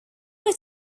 were